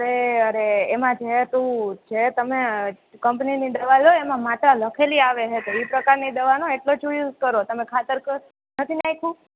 અરે અરે એમાં છે તું છે તમે કંપનીની દવા લો એમાં માત્રા લખેલી આવે છે એ પ્રકાર ની દવા એટલો જ યુજ કરો તમે ખાતર નથી નાખ્યું